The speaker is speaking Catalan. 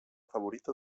favorita